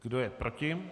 Kdo je proti?